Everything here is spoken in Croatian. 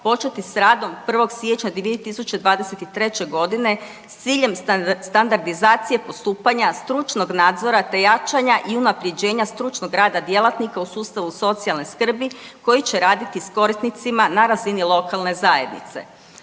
početi s radom 1. siječnja 2023. godine s ciljem standardizacije postupanja, stručnog nadzora te jačanja i unapređenja stručnog rada djelatnika u sustavu socijalne skrbi koji će raditi s korisnicima na razini lokalne zajednice.